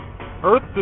Earth